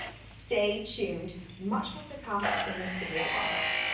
stay tuned, much more to come in this video on that.